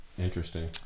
Interesting